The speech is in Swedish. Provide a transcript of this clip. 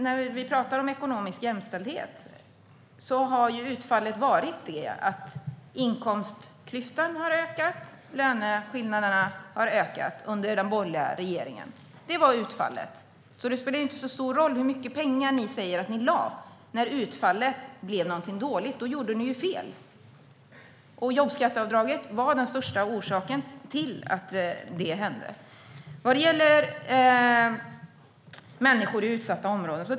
När man pratar om ekonomisk jämställdhet har utfallet varit att inkomstklyftan har ökat och löneskillnaderna har ökat under den borgerliga regeringen. Det är utfallet. Det spelar inte så stor roll hur mycket pengar ni säger att ni har lagt i detta när utfallet blev dåligt. Då gjorde ni fel. Jobbskatteavdraget var den största orsaken till att det hände. Sedan har vi frågan om människor i utsatta områden.